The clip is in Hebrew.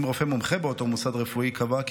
אם רופא מומחה באותו מוסד רפואי קבע כי